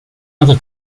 other